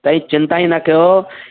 साईं चिंता ई न कयो